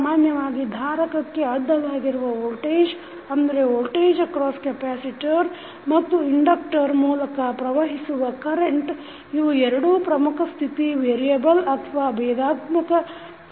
ಸಾಮಾನ್ಯವಾಗಿ ಧಾರಕಕ್ಕೆ ಅಡ್ಡಲಾಗಿರುವ ವೋಲ್ಟೇಜ್ ಮತ್ತು ಇಂಡಕ್ಟರ್ ಮೂಲಕ ಪ್ರವಹಿಸುವ ಕರೆಂಟ್ ಇವು ಎರಡು ಪ್ರಮುಖ ಸ್ಥಿತಿ ವೇರಿಯೆಬಲ್ ಅಥವಾ ಭೇದಾತ್ಮಕ ಸಮೀಕರಣಗಳು